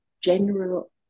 general